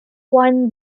won